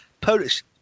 polish